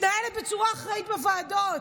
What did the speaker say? מתנהלת בצורה אחראית בוועדות,